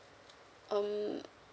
um